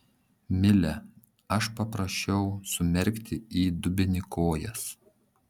mile aš paprašiau sumerkti į dubenį kojas